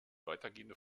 weitergehende